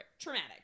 traumatic